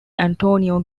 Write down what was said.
antonio